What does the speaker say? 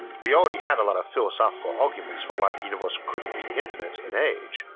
we already had a lot of philosophical arguments for why the universe couldn't be infinite in age,